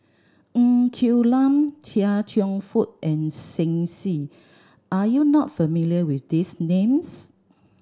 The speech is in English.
Ng Quee Lam Chia Cheong Fook and Shen Xi are you not familiar with these names